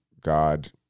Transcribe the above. God